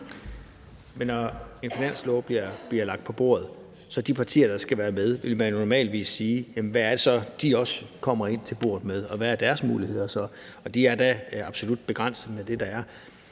Men når en finanslov bliver lagt på bordet, vil man jo normalvis sige, hvad de partier, der skal være med, også kommer ind til bordet med, og hvad deres muligheder så er. Og de er da absolut begrænsede med det, der er.